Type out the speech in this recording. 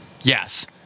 Yes